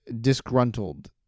disgruntled